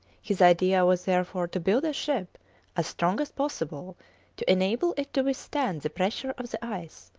his idea was therefore to build a ship as strong as possible to enable it to withstand the pressure of the ice,